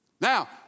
Now